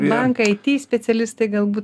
bankai aity specialistai galbūt